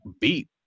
beat